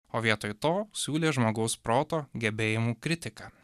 o vietoj to siūlė žmogaus proto gebėjimų kritiką